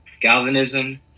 galvanism